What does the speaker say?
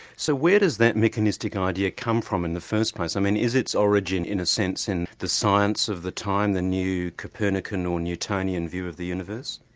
so where does that mechanistic idea come from in the first place? um is its origin in a sense in the science of the time, the new copernican or newtonian view of the universe?